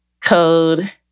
code